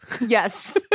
Yes